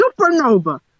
supernova